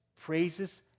praises